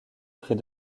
près